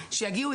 שיגיעו,